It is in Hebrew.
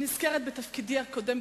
אני נזכרת בתפקידי הקודם,